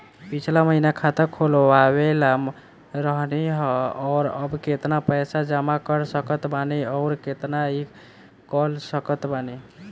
पिछला महीना खाता खोलवैले रहनी ह और अब केतना पैसा जमा कर सकत बानी आउर केतना इ कॉलसकत बानी?